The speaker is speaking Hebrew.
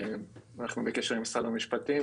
אנחנו בקשר עם משרד המשפטים,